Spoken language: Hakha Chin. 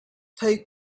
thei